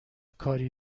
کاری